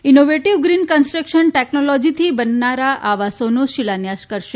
innovative green કન્દી કશનટેકનોલોજીથી બનનારા આવાસોનો શિલાન્યાસ કરશે